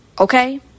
Okay